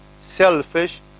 selfish